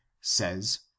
says